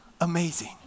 Amazing